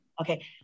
Okay